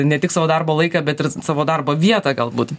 ne tik savo darbo laiką bet ir savo darbo vietą galbūt